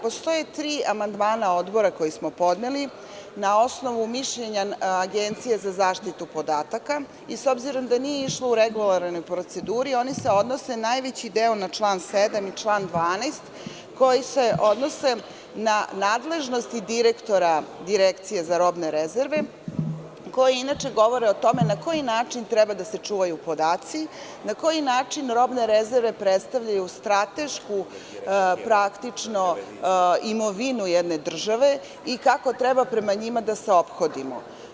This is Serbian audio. Postoje tri amandmana Odbora, koje smo podneli, na osnovu mišljenja Agencije za zaštitu podataka i s obzirom da nisu išli u regularnu proceduru, oni se odnose najvećim delom na čl. 7. i 12, koji se odnose na nadležnosti direktora Direkcije za robne rezerve, a koji inače govore o tome na koji način treba da se čuvaju podaci, na koji način robne rezerve predstavljaju stratešku imovinu jedne države i kako treba prema njima da se ophodimo.